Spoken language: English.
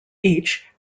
each